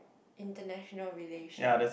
international relations